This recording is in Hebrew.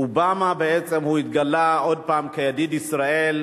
אובמה בעצם התגלה עוד פעם כידיד ישראל